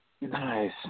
Nice